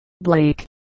Blake